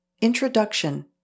Introduction